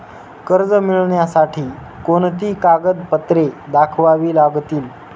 कर्ज मिळण्यासाठी कोणती कागदपत्रे दाखवावी लागतील?